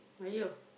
!aiyo!